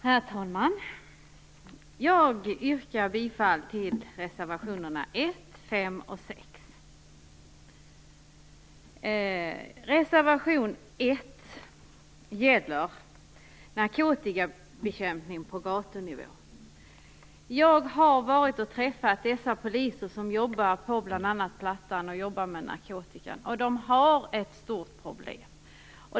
Herr talman! Jag yrkar bifall till reservationerna 1, 5 och 6. Reservation 1 gäller narkotikabekämpning på gatunivå. Jag har träffat poliser som jobbar på bl.a. Plattan med narkotika, och de har ett stort problem.